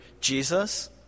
Jesus